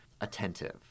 attentive